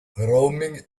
roaming